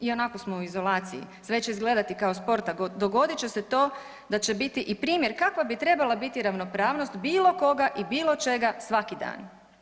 I onako smo u izolaciji, sve će izgledati kao sport, a dogodit će se to da će biti i primjer kakva bi trebala biti ravnopravnost bilo koga i bilo čega svaki dan.